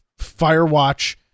firewatch